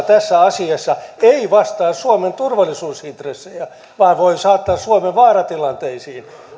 tässä asiassa ei vastaa suomen turvallisuusintressejä vaan voi saattaa suomen vaaratilanteisiin